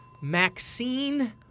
Maxine